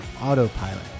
Autopilot